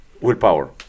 willpower